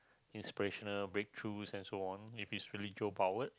inspirational break through and so on if it's really